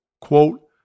quote